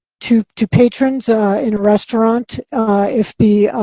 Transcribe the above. to, to patrons in a restaurant if the,